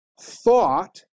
...thought